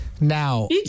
Now